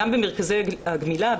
גם במרכזי הגמילה,